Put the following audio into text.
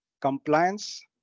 compliance